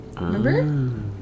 Remember